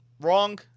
wrong